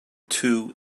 two